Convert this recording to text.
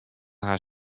har